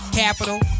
capital